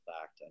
fact